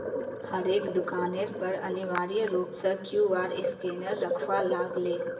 हरेक दुकानेर पर अनिवार्य रूप स क्यूआर स्कैनक रखवा लाग ले